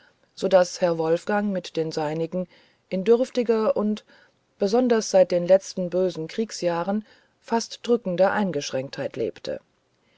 so daß herr wolfgang mit den seinigen in dürftiger und besonders seit den letzten bösen kriegsjahren fast drückender eingeschränktheit lebte